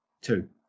Two